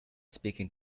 speaking